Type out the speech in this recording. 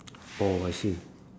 oh I see